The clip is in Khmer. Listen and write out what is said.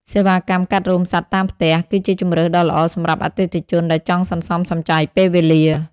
សេវាកម្មកាត់រោមសត្វតាមផ្ទះ គឺជាជម្រើសដ៏ល្អសម្រាប់អតិថិជនដែលចង់សន្សំសំចៃពេលវេលា។